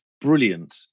brilliant